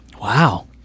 Wow